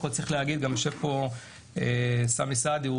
צריך להגיד שגם יושב פה סאמי סעדי,